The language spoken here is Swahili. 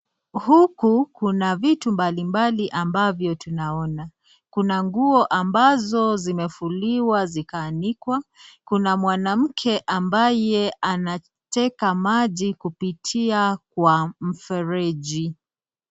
Huku kuna vitu mbalimbali tunavyoona kuna nguo ambazo zimefuliwa zikaanikwa. Kuna mwanamke ambaye anateka maji kupitia kwa mfereji.